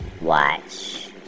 watch